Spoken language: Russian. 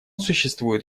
существует